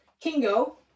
Kingo